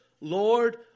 Lord